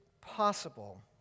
possible